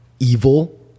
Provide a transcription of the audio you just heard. evil